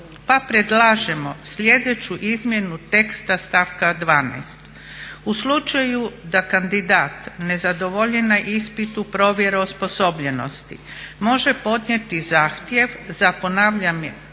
pa predlažemo sljedeću izmjenu teksta stavka 12. U slučaju da kandidat ne zadovolji na ispitu provjeru osposobljenosti može podnijeti zahtjev za ponavljanjem